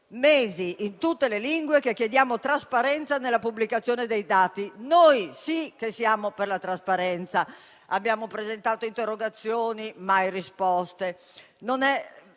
in tutte le lingue trasparenza nella pubblicazione dei dati. Noi sì che siamo per la trasparenza! Abbiamo presentato interrogazioni a cui non